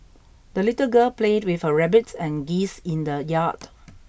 the little girl played with her rabbit and geese in the yard